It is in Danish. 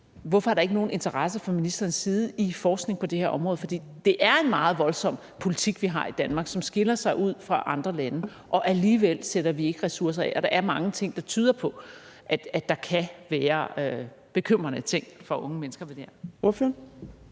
hvorfor der ikke er nogen interesse fra ministerens side i forskning på det her område. For det er en meget voldsom politik, vi har i Danmark, som skiller sig ud fra andre lande, og alligevel sætter vi ikke ressourcer af, og der er meget, der tyder på, at der kan være bekymrende ting for unge mennesker ved det her. Kl.